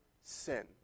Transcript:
sin